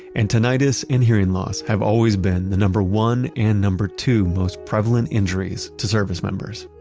and tinnitus and hearing loss have always been the number one and number two most prevalent injuries to service members